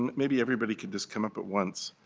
maybe everybody could just come up at once.